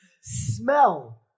smell